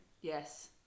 Yes